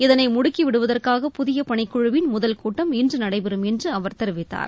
இதனை முடுக்கி விடுவதற்காக புதிய பணிக்குழவின் முதல் கூட்டம் இன்று நடைபெறும் என்று அவர் தெரிவிக்கார்